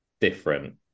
different